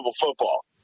football